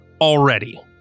already